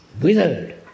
withered